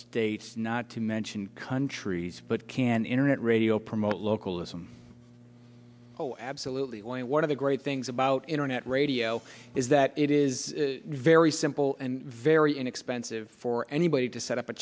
states not to mention countries but can internet radio promote localism oh absolutely one of the great things about internet radio is that it is very simple and very inexpensive for anybody to set up a